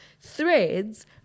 Threads